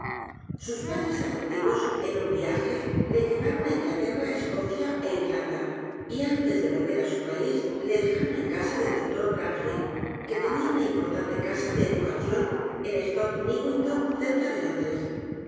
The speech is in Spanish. sus padres adoptivos en un viaje le llevaron á inglaterra escocia é irlanda y antes de volver á su país le dejaron en casa del dr bransby que tenía una importante casa de educación en stoke newington cerca de londres